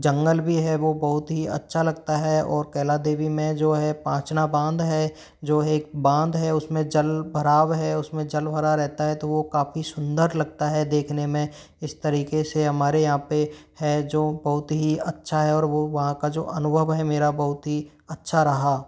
जंगल भी है वो बहुत ही अच्छा लगता है और कैला देवी में जो है पाँचना बांध है जो एक बांध है उसमें जल भराव है उसमें जल भरा रहता है तो वो काफ़ी सुंदर लगता है देखने में इस तरीके से हमारे यहाँ पर है जो बहुत ही अच्छा है और वो वहाँ का जो अनुभव है मेरा बहुत ही अच्छा रहा